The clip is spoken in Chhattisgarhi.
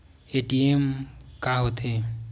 ए.टी.एम का होथे?